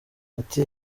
ati